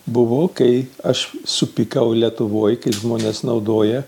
buvo kai aš supykau lietuvoje kai žmonės naudoja